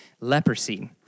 leprosy